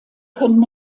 können